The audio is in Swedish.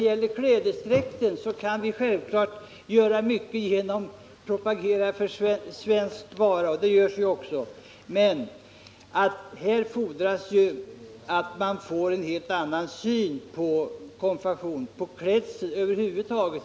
Vi kan självklart propagera för svenska varor, men här fordras en annan syn på klädsel och konfektion i Sverige över huvud taget.